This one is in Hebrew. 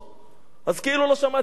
אז כאילו לא שמעתי ביום העצמאות.